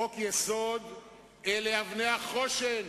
חוקי-יסוד אלה אבני החושן